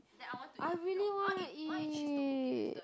I really want to eat